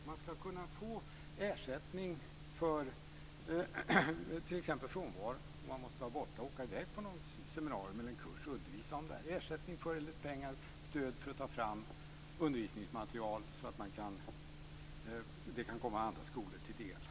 Man skall kunna få ersättning t.ex. i samband med frånvaro, om man måste åka i väg på något seminarium eller en kurs och undervisa om det, ersättning för förlorade pengar, stöd att ta fram undervisningsmaterial så att det kan komma andra skolor till del.